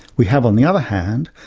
we have on the other hand,